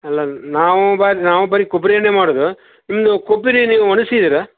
ಅಲ್ಲ ನಾವು ಬರಿ ನಾವು ಬರಿ ಕೊಬ್ಬರಿ ಎಣ್ಣೆ ಮಾಡೋದು ನಿಮ್ಮದು ಕೊಬ್ಬರಿ ನೀವು ಒಣಗ್ಸಿದ್ದೀರ